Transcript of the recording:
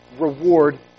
reward